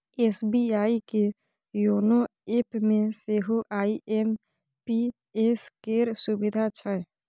SBI के YONO एपमे सेहो आई.एम.पी.एस केर सुविधा छै